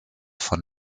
von